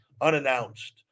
unannounced